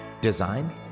design